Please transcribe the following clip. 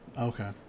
Okay